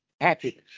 happiness